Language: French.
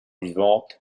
vivante